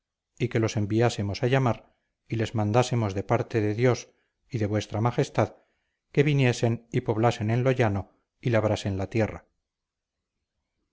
y que los enviásemos a llamar y les mandásemos de parte de dios y de vuestra majestad que viniesen y poblasen en lo llano y labrasen la tierra